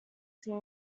team